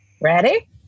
Ready